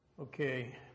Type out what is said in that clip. Okay